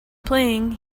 playing